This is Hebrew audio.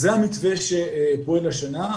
אז זה המתווה שפועל השנה.